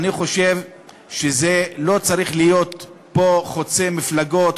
אני חושב שזה לא צריך להיות פה חוצה מפלגות,